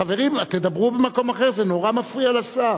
חברים, תדברו במקום אחר, זה נורא מפריע לשר.